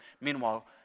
Meanwhile